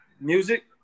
music